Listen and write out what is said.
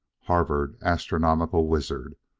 harvard astronomical wizard,